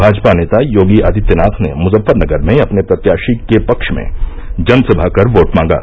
भाजपा नेता योगी आदित्यनाथ ने मुजफ्फरनगर में अपने प्रत्याशी के पक्ष में जनसभा कर वोट मांगा